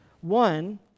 One